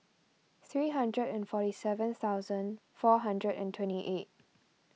three hundred and forty seven thousand four hundred and twenty eight